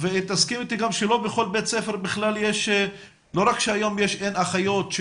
תסכים איתי גם שלא רק שהיום אין אחיות בכל בית ספר,